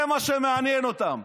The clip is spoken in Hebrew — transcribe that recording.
זה מה שמעניין אותם.